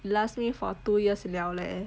last me for two years liao leh